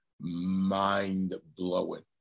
Mind-blowing